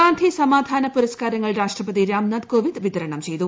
ഗാന്ധി സമാധാന പുരസ്കാരങ്ങൾ രാഷ്ട്രപതി രാംനാഥ് കോവിന്ദ് വിതരണം ചെയ്തു